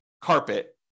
carpet